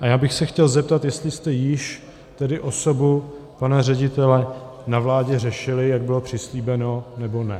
Chtěl bych se zeptat, jestli jste již tedy osobu pana ředitele na vládě řešili, jak bylo přislíbeno, nebo ne?